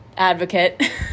Advocate